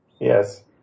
Yes